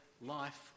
life